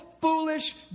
foolish